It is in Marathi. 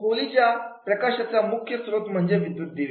खोलीतील प्रकाशाचा मुख्य स्त्रोत म्हणजे विद्युत दिवे